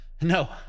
No